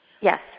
Yes